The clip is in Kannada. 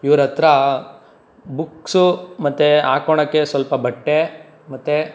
ಇವ್ರ ಹತ್ರ ಬುಕ್ಸು ಮತ್ತು ಹಾಕ್ಕೊಣಕ್ಕೆ ಸ್ವಲ್ಪ ಬಟ್ಟೆ ಮತ್ತು